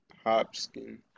Hobson